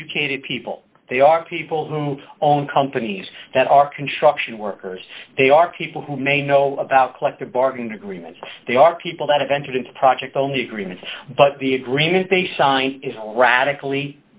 educated people they are people who own companies that are contraction workers they are people who may know about collective bargaining agreements they are people that have entered into project only agreements but the agreement they signed is radically